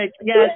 Yes